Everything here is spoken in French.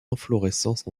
inflorescences